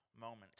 moment